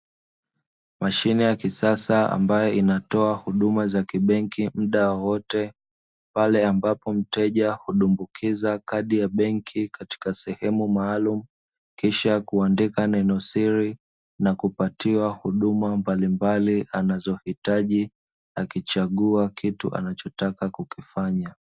Mashine ya kisasa ambayo inatoa huduma za kibenki mda wowote, pale ambapo mteja hudumbukiza kadi ya benki katika sehemu maalumu, kisha kuandika neno siri na kupatiwa huduma mbalimbali anazohitaji, akichagua kitu anachotaka kukifanya.